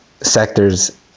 sectors